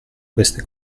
queste